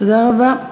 תודה רבה.